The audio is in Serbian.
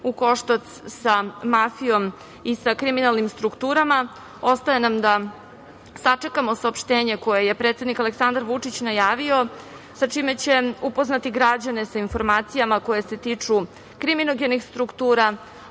u koštac sa mafijom i sa kriminalnim strukturama. Ostaje nam da sačekamo saopštenje koje je predsednik Aleksandar Vučić najavio, sa čime će upoznati građane, sa informacijama koje se tiču kriminogenih struktura,